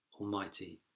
Almighty